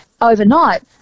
overnight